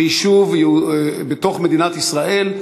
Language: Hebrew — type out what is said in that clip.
ביישוב בתוך מדינת ישראל.